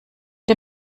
der